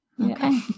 Okay